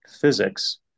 physics